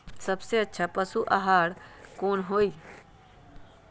सबसे अच्छा पशु आहार कोन हई?